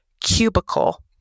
cubicle